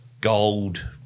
gold